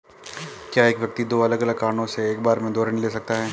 क्या एक व्यक्ति दो अलग अलग कारणों से एक बार में दो ऋण ले सकता है?